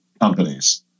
companies